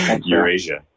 Eurasia